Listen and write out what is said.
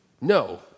No